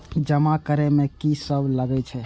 जमा करे में की सब लगे छै?